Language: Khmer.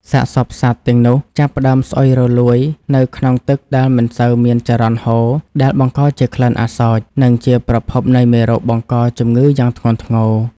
សាកសពសត្វទាំងនោះចាប់ផ្ដើមស្អុយរលួយនៅក្នុងទឹកដែលមិនសូវមានចរន្តហូរ ដែលបង្កជាក្លិនអាសោច និងជាប្រភពនៃមេរោគបង្កជំងឺយ៉ាងធ្ងន់ធ្ងរ។